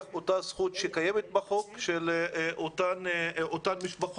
את אותה זכות שקיימת בחוק של אותן משפחות